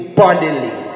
bodily